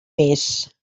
mes